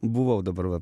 buvau dabar va